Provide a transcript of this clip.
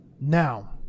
Now